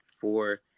four